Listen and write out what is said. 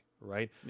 right